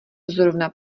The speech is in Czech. zrovna